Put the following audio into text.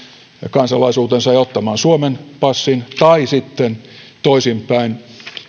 kansalaisuutensa ja ottamaan suomen passin tai sitten toisinpäin